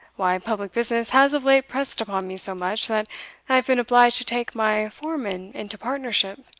why, public business has of late pressed upon me so much, that i have been obliged to take my foreman into partnership.